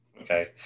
Okay